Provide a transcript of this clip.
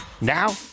Now